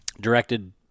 directed